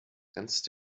grenzt